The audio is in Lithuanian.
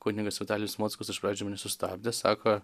kunigas vitalijus mockus iš pradžių mane sustabdė sako